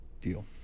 deal